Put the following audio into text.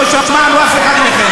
לא שמענו אף אחד מכם.